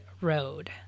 road